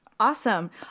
Awesome